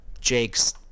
Jake's